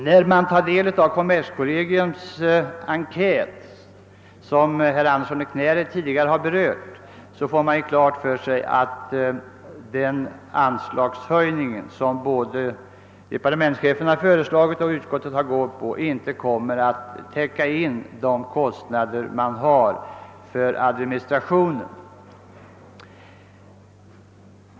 När man tar del av kommerskollegiums enkät, som herr Andersson i Knäred tidigare berörde, får man omedelbart klart för sig att den anslagshöjning som departementschefen föreslagit och utskottet har tillstyrkt inte kommer satt täcka kostnaderna för administrationen.